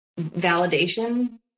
validation